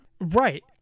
Right